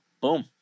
boom